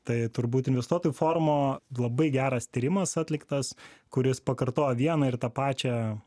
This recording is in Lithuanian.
tai turbūt investuotojų forumo labai geras tyrimas atliktas kuris pakartojo vieną ir tą pačią